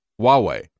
Huawei